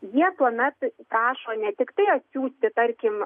jie tuomet prašo ne tiktai atsiųsti tarkim